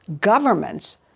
governments